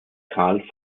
karl